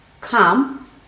come